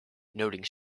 noting